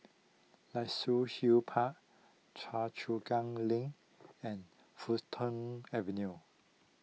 Luxus Hill Park Choa Chu Kang Link and Fulton Avenue